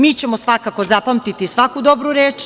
Mi ćemo svakako zapamtiti svaku dobru reč.